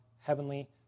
heavenly